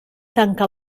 tanca